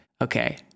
okay